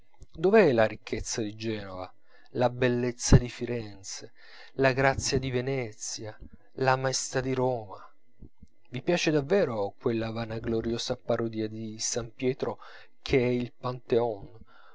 dov'è la ricchezza di genova la bellezza di firenze la grazia di venezia la maestà di roma vi piace davvero quella vanagloriosa parodia di s pietro che è il panteon